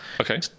Okay